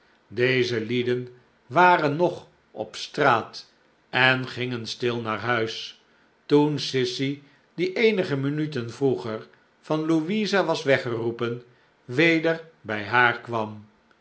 deze lieden waren nog op straat en gingen stil naar huis toen sissy die eenige minuten vroeger van louisa was weggeroepen weder bij haar kwam